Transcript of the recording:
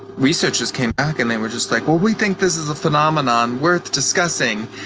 researchers came back and they were just like, well, we think this is a phenomenon worth discussing.